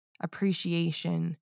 appreciation